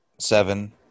seven